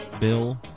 Bill